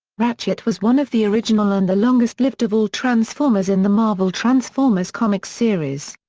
ratchet was one of the original and the longest-lived of all transformers in the marvel transformers comic series.